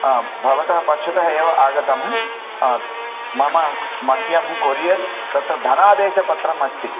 आ भवतः पक्षतः एव आगतं मम मह्यं कोरियर् तत् धनादेशपत्रम् अस्ति